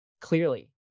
clearly